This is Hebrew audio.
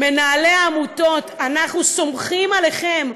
מנהלי העמותות, אנחנו סומכים עליכם,